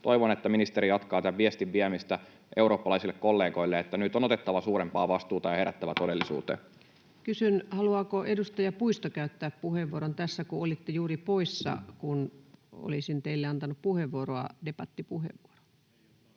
Toivon, että ministeri jatkaa tämän viestin viemistä eurooppalaisille kollegoille, että nyt on otettava suurempaa vastuuta ja herättävä todellisuuteen. Kysyn, haluaako edustaja Puisto käyttää puheenvuoron tässä, kun olitte juuri poissa, kun olisin teille antanut debattipuheenvuoron.